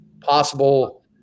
possible